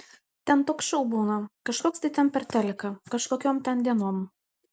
ten toks šou būna kažkoks tai ten per teliką kažkokiom ten dienom